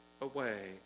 away